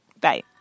Bye